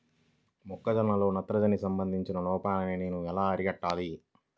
మొక్క జొన్నలో నత్రజని సంబంధిత లోపాన్ని నేను ఎలా అరికట్టాలి?